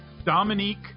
Dominique